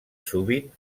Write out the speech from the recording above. sovint